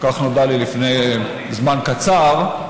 כך נודע לי לפני זמן קצר,